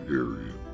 area